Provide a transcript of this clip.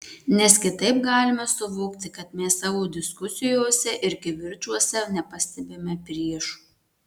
nes kitaip galime suvokti kad mes savo diskusijose ir kivirčuose nepastebime priešo